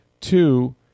Two